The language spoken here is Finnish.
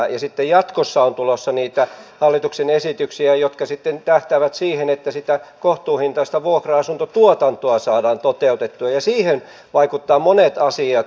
ja sitten jatkossa on tulossa niitä hallituksen esityksiä jotka sitten tähtäävät siihen että sitä kohtuuhintaista vuokra asuntotuotantoa saadaan toteutettua ja siihen vaikuttavat monet asiat